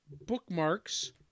bookmarks